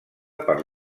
per